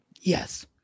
Yes